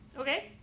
okay,